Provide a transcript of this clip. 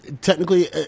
technically